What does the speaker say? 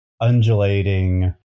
undulating